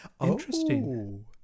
interesting